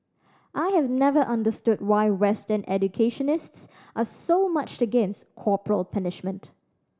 I have never understood why Western educationists are so much against corporal punishment